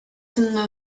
czynny